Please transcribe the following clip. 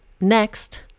next